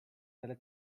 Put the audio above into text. delle